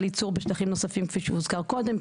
הייצור בשטחים נוספים כפי שהוזכר קודם,